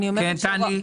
תעני.